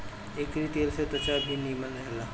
एकरी तेल से त्वचा भी निमन रहेला